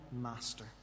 master